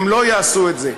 הם לא יעשו את זה.